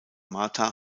martha